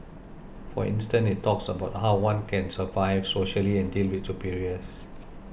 for instance it talks about how one can survive socially and deal with superiors